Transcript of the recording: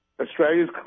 Australia's